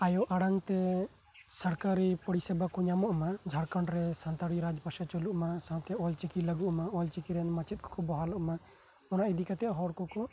ᱟᱭᱳ ᱟᱲᱟᱝ ᱛᱮ ᱥᱚᱨᱠᱟᱨᱤ ᱯᱚᱨᱤᱥᱮᱵᱟ ᱠᱚ ᱧᱟᱢᱚᱜ ᱢᱟ ᱡᱷᱟᱲᱠᱷᱚᱱᱰ ᱨᱮ ᱥᱟᱱᱛᱟᱲᱤ ᱨᱟᱡ ᱵᱷᱟᱥᱟ ᱪᱟᱞᱩᱜ ᱢᱟ ᱥᱟᱶᱛᱮ ᱚᱞ ᱪᱤᱠᱤ ᱞᱟᱹᱜᱩᱜ ᱢᱟ ᱚᱞ ᱪᱤᱠᱤ ᱨᱮᱱ ᱢᱟᱪᱮᱫ ᱠᱚ ᱵᱟᱦᱟᱞᱚᱜ ᱢᱟ ᱚᱱᱟ ᱤᱫᱤ ᱠᱟᱛᱮ ᱦᱚᱨ ᱠᱚᱠᱚ ᱵᱚᱸᱫᱮᱫ ᱠᱟᱱᱟ